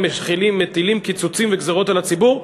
אם מטילים קיצוצים וגזירות על הציבור,